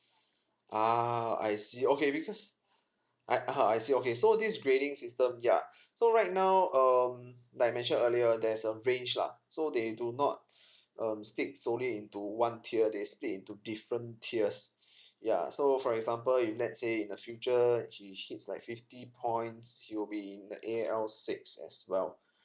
ah I see okay because I uh I see okay so this grading system yea so right now um like I mentioned earlier there's a range lah so they do not um stick solely into one tier they stick into different tiers yea so for example if let's say in the future he hits like fifty points he will be in the A L six as well